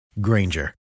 Granger